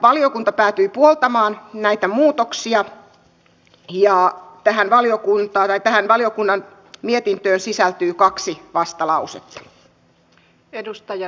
valiokunta päätyi puoltamaan näitä muutoksia ja tähän valiokunnan mietintöön sisältyy kaksi vastalausetta